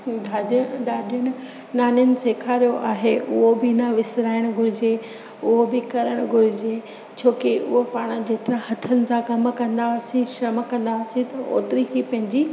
दादियुनि ॾाॾियुनि नानियुनि सेखारियो आहे उहो बि न विसिराइण घुरिजे उहो बि करणु घुरिजे छो की उहो पाणि जेतिरा हथनि सां कमु कंदा हुआसीं श्रम कंदा हुआसीं त ओतिरी ई पंहिंजी